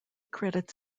credits